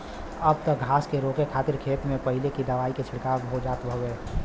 अब त घास के रोके खातिर खेत में पहिले ही दवाई के छिड़काव हो जात हउवे